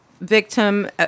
victim